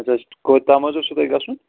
اچھا کوٚت تام حظ اوسو تۄہہِ گژھُن